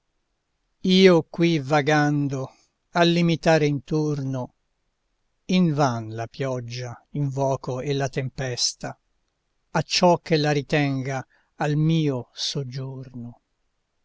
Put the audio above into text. io qui vagando al limitare intorno invan la pioggia invoco e la tempesta acciò che la ritenga al mio soggiorno